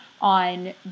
on